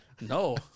No